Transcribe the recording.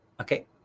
Okay